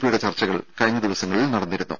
പിയുടെ ചർച്ചകൾ കഴിഞ്ഞ ദിവസങ്ങളിൽ നടന്നിരുന്നു